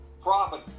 profit